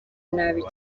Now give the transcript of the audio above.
nabi